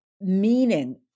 meaning